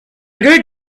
good